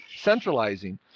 centralizing